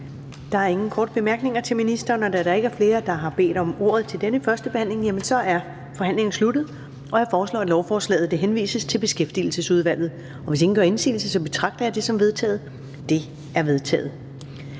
Der er ingen korte bemærkninger til ministeren. Da der ikke er flere, som har bedt om ordet, er forhandlingen sluttet. Jeg foreslår, at lovforslaget henvises til Beskæftigelsesudvalget. Hvis ingen gør indsigelse, betragter jeg det som vedtaget. Det er vedtaget.